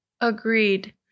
Agreed